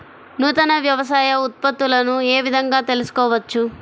నూతన వ్యవసాయ ఉత్పత్తులను ఏ విధంగా తెలుసుకోవచ్చు?